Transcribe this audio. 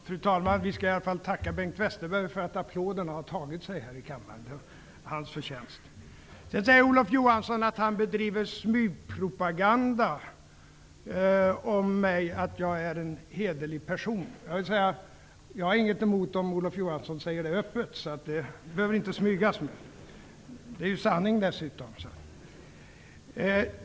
Fru talman! Vi skall i alla fall tacka Bengt Westerberg för att applåderna har tagit sig här i kammaren. Det är hans förtjänst. Olof Johansson säger att han bedriver smygpropaganda om mig, att jag är en hederlig person. Jag har inget emot att Olof Johansson säger det öppet. Det behöver han inte smyga med. Det är dessutom sanning.